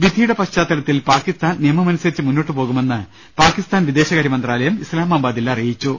വിധിയുടെ പശ്ചാത്തലത്തിൽ പാകിസ്താൻ നിയമമനുസരിച്ച് മുന്നോട്ട് പോകുമെന്ന് പാകിസ്താൻ വിദേശകാര്യമന്ത്രാലയം ഇസ്ലാമാ ബാദിൽ അറിയിച്ചു